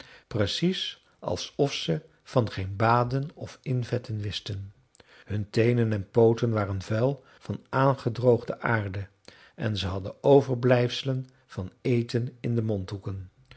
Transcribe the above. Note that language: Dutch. precies alsof ze van geen baden of invetten wisten hun teenen en pooten waren vuil van aangedroogde aarde en ze hadden overblijfselen van eten in de mondhoeken